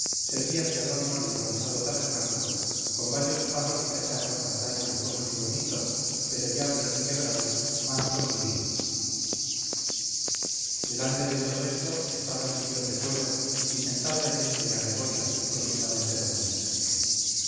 servían de adorno al improvisado tabernáculo con varios jarros y cacharros antaño lujosos y bonitos pero ya perniquebrados mancos y heridos delante de todo esto estaba el sillón de cuero y sentada en él doña gregoria profundamente dormida